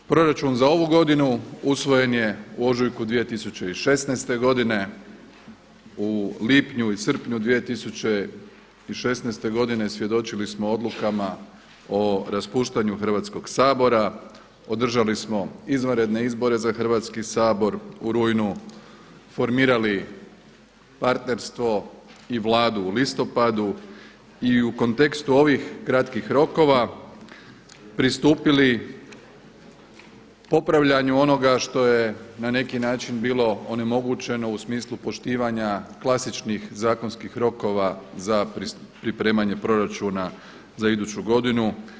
Proračun za ovu godinu usvojen je ožujku 2016. godine, u lipnju i srpnju 2016. godine svjedočili smo odlukama o raspuštanju Hrvatskog sabora, održali smo izvanredne izbore za Hrvatski sabor u rujnu, formirali partnerstvo i Vladu u listopadu i u kontekstu ovih kratkih rokova pristupili popravljanju onoga što je na neki način bilo onemogućeno u smislu poštivanja klasičnih zakonskih rokova za pripremanje proračuna za iduću godinu.